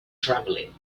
travelling